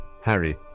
Harry